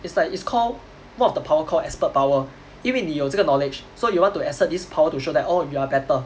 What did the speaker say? it's like it's call one of the power call expert power 因为你有这个 knowledge so you want to accept this power to show that oh you are better